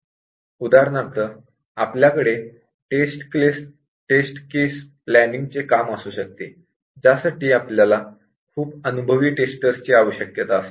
उदाहरणार्थ आपल्याकडे test case planning चे काम असू शकते ज्या साठी आम्हाला खूप अनुभवी टेस्टर्स ची आवश्यकता असते